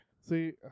See